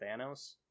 thanos